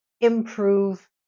improve